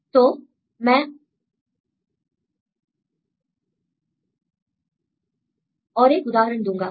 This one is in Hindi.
तो मैं और एक उदाहरण दूंगा